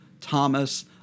Thomas